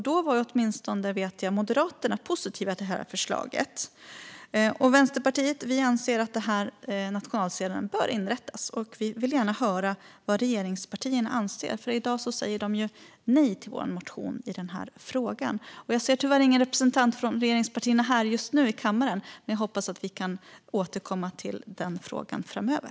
Då var åtminstone Moderaterna positiva till förslaget. Vänsterpartiet anser att en nationalscen för Sápmi bör inrättas. Vi vill gärna höra vad regeringspartierna anser, för i dag säger de nej till vår motion om detta. Jag ser tyvärr ingen representant från regeringspartierna här i kammaren just nu, men jag hoppas att vi kan återkomma till frågan framöver.